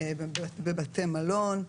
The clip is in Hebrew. בבתי מלון,